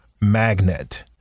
magnet